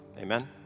Amen